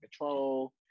control